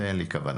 ואין לי כוונה,